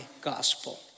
gospel